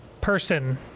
person